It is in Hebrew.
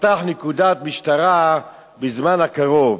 שתיפתח נקודת משטרה בזמן הקרוב,